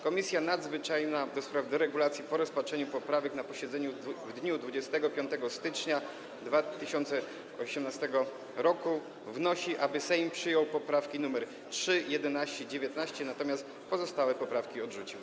Komisja Nadzwyczajna do spraw deregulacji po rozpatrzeniu poprawek na posiedzeniu w dniu 25 stycznia 2018 r. wnosi, aby Sejm przyjął poprawki nr 3, 11, 19, natomiast pozostałe poprawki odrzucił.